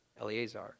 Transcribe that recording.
Eleazar